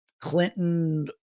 Clinton